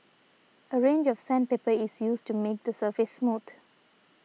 a range of sandpaper is used to make the surface smooth